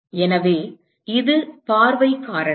எனவே இது பார்வை காரணி